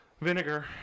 vinegar